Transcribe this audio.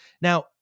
now